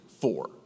four